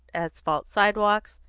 asphalt sidewalks,